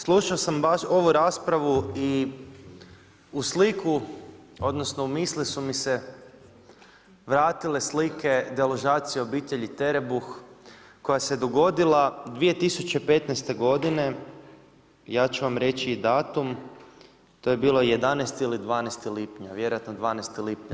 Slušao sam ovu raspravu i u sliku odnosno u misli su mi se vratile slike deložacije obitelji Terebuh koja se dogodila 2015. godine, ja ću vam reći i datum, to je bilo 11. ili 12. lipnja, vjerovatno 12. lipnja.